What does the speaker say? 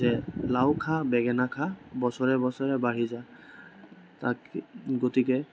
লাও খা বেঙেনা খা বছৰে বছৰে বাঢ়ি যা তাকে গতিকে